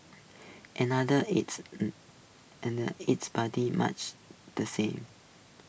another it's it's pretty much the same